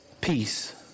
peace